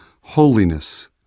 holiness